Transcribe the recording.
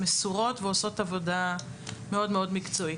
מסורות ועובדות עבודה מאוד מאוד מקצועית.